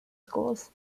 schools